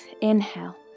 Inhale